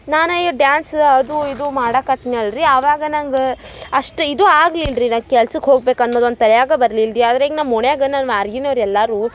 ನಾನು ಈ ಡ್ಯಾನ್ಸ ಅದು ಇದು ಮಾಡಕತ್ನ್ಯಲ್ಲ ರೀ ಆವಾಗ ನಂಗೆ ಅಷ್ಟು ಇದು ಆಗ್ಲಿಲ್ಲ ರೀ ನಾ ಕೆಲ್ಸಕ್ಕೆ ಹೋಗ್ಬೇಕು ಅನ್ನೋದು ಒಂದು ತಲ್ಯಾಗೆ ಬರ್ಲಿಲ್ಲ ರೀ ಆದರೆ ಈಗ ನಮ್ಮ ಓಣ್ಯಾಗ ನನ್ನ ವಾರ್ಗಿನೋರು ಎಲ್ಲಾರು